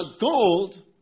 gold